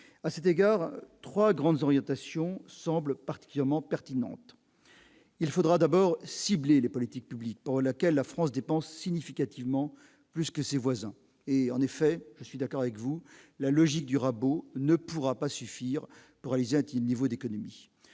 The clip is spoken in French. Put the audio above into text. à cet égard, 3 grandes orientations semble particulièrement pertinente, il faudra d'abord ciblé les politiques publiques pendant laquelle la France dépense significativement plus que ses voisins et en effet je suis d'accord avec vous la logique du rabot ne pourra pas suffire pour, a-t-il niveau d'économie